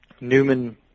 Newman